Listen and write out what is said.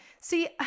See